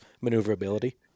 maneuverability